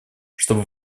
чтобы